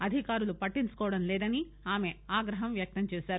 అధికారులు పట్టించుకోవడం లేదని ఆమె ఆగ్రహం వ్యక్తంచేశారు